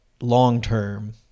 long-term